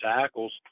tackles